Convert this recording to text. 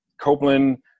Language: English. Copeland